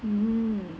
mm